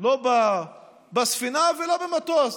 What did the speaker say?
לא בספינה ולא במטוס,